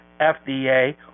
FDA